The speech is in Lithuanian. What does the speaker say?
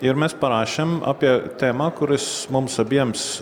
ir mes parašėm apie temą kuris mums abiems